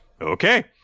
okay